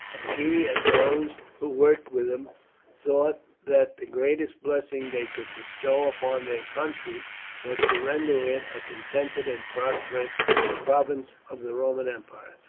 and he and those who worked with him thought that the greatest blessing they could bestow upon their country was to render it a contented and prosperous province of the roman empire.